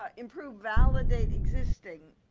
ah improved validate existing.